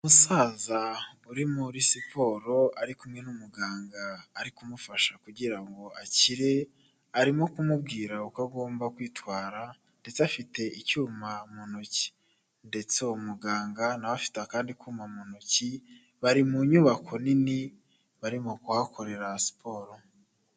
Umusaza uri muri siporo, ari kumwe n'umuganga, ari kumufasha kugira ngo akire, arimo kumubwira uko agomba kwitwara, ndetse afite icyuma mu ntoki, ndetse uwo muganga nawe afite akandi kuma mu ntoki, bari mu nyubako nini barimo kuhakorera siporo.